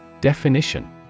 Definition